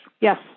Yes